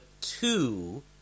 two